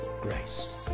grace